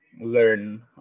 learn